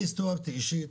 אני אישית,